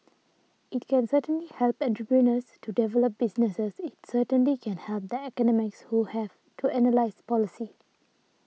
it can certainly help entrepreneurs to develop businesses it certainly can help that academics who have to analyse policy